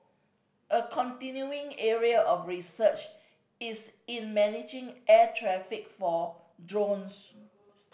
a continuing area of research is in managing air traffic for drones